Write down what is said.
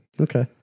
Okay